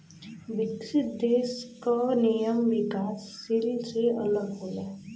विकसित देश क नियम विकासशील से अलग होला